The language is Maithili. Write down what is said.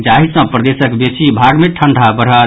जाहि सँ प्रदेशक बेसी भाग मे ठंढ़ा बढ़त